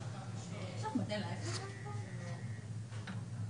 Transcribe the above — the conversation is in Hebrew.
מה-4 באוקטובר.